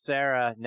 Sarah